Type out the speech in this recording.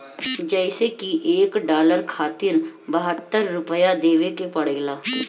जइसे की एक डालर खातिर बहत्तर रूपया देवे के पड़ेला